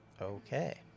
okay